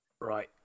right